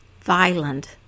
violent